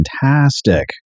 fantastic